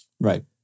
Right